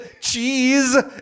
cheese